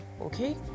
okay